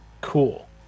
Cool